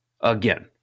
again